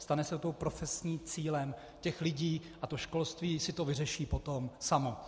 Stane se profesním cílem těchto lidí a školství si to vyřeší potom samo.